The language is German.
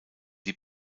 die